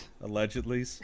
Allegedly